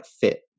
fit